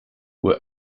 were